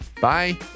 Bye